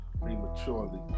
prematurely